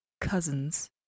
cousins